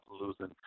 losing